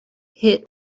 hit